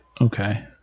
Okay